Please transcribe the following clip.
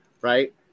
Right